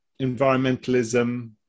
environmentalism